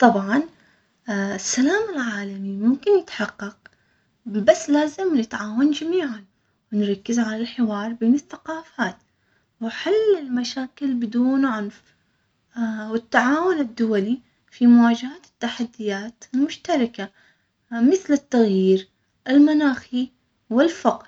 طبعا السلام العالمي ممكن يتحقق بس لازم نتعاون جميعا ونركز على الحوار بين الثقافات وحل المشاكل بدون عنف والتعاون الدولي في مواجهة التحديات المشتركة مثل التغيير المناخي والفقر.